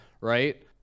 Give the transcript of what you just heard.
Right